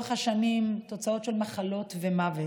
ולאורך השנים, מתוצאות של מחלות ומוות.